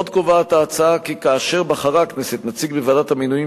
עוד קובעת ההצעה כי כאשר בחרה הכנסת נציג בוועדת המינויים